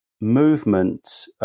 movement